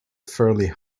fairly